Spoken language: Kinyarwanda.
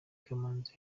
kamanzi